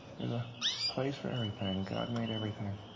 there's a place for everything, god made everything